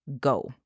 go